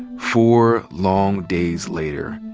four long days later,